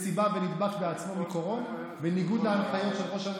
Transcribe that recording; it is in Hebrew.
ולכן כל ההרחבה הזאת צריכה בסופו של דבר להוביל להורדת המחיר לצרכן.